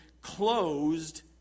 closed